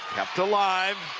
kept alive.